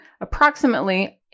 approximately